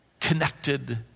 Connected